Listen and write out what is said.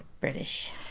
British